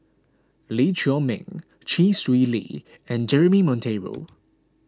Lee Chiaw Meng Chee Swee Lee and Jeremy Monteiro